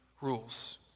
rules